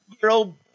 girl